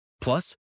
Plus